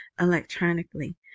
electronically